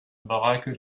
baraque